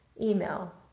email